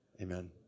Amen